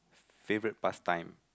favourite past time